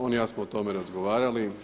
On i ja smo o tome razgovarali.